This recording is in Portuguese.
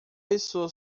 pessoa